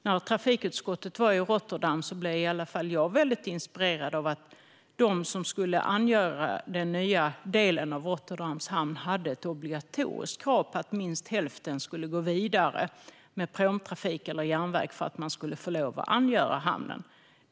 När vi i trafikutskottet var i Rotterdam blev i alla fall jag väldigt inspirerad av att de som skulle angöra den nya delen av Rotterdams hamn hade ett obligatoriskt krav på att minst hälften skulle gå vidare med pråmtrafik eller järnväg för att man skulle få lov att angöra hamnen.